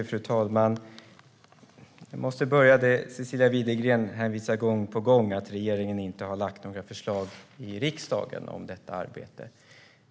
Fru talman! Cecilia Widegren hänvisar gång på gång till att regeringen inte har lagt fram några förslag i riksdagen om detta arbete.